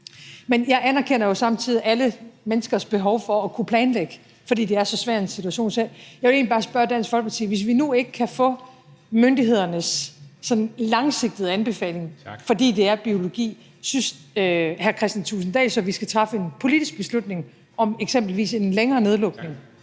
Men jeg anerkender jo samtidig alle menneskers behov for at kunne planlægge, fordi det er så svær en situation, så jeg vil egentlig bare spørge Dansk Folkeparti: Hvis vi nu ikke kan få myndighedernes langsigtede anbefaling, fordi det er biologi, synes hr. Kristian Thulesen Dahl så, vi skal træffe en politisk beslutning om eksempelvis en længere nedlukning?